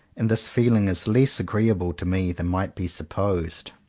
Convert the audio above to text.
and this feeling is less agreeable to me than might be supposed.